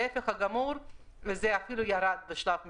ההיפך זה אפילו ירד בשלב מסוים.